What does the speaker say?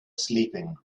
sleeping